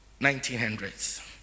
1900s